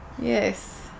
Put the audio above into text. yes